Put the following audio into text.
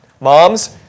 Moms